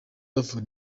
bavura